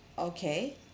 okay